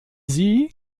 sie